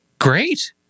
Great